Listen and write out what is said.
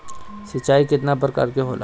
सिंचाई केतना प्रकार के होला?